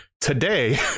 today